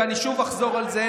ואני שוב אחזור על זה,